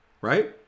right